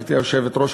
גברתי היושבת-ראש,